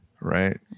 right